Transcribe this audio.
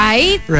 Right